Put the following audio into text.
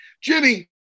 Jimmy